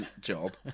job